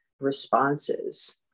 responses